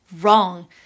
wrong